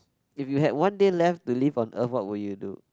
if you have one day left to live on earth what would you do